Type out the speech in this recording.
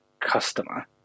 customer